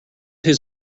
his